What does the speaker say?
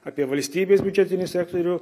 apie valstybės biudžetinį sektorių